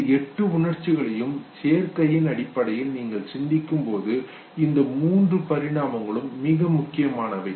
இந்த எட்டு உணர்ச்சிகளையும் சேர்க்கையின் அடிப்படையில் நீங்கள் சிந்திக்கும்போது இந்த மூன்று பரிணாமங்களும் மிக முக்கியமானவை